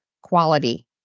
quality